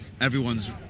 Everyone's